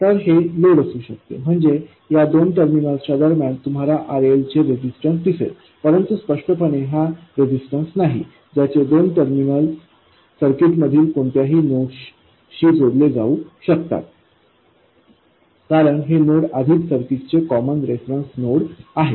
तर हे लोडअसू शकते म्हणजे या दोन टर्मिनलच्या दरम्यान तुम्हाला RL चे रेजिस्टन्स दिसेल परंतु स्पष्टपणे हा रेजिस्टन्स नाही ज्याचे दोन टर्मिनल सर्किटमधील कोणत्याही दोन नोड्सशी जोडले जाऊ शकतात कारण हे नोड आधीच सर्किटचे कॉमन रेफरन्स नोड आहे